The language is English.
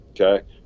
okay